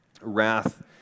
Wrath